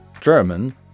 german